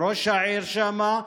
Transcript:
עם ראש העיר שם,